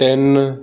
ਤਿੰਨ